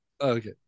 okay